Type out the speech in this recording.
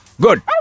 Good।